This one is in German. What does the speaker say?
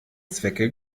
zwecke